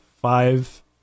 five